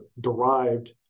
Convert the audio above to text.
derived